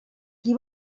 qui